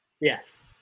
yes